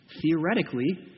theoretically